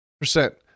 Percent